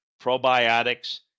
probiotics